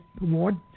Award